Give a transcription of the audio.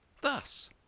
thus